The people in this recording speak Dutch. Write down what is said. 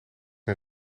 een